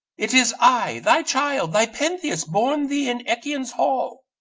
it is i, thy child, thy pentheus, born thee in echion's hall!